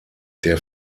der